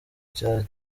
cya